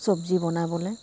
চব্জি বনাবলৈ